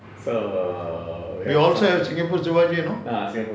we also have singapore sivaji know